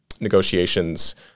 negotiations